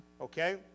okay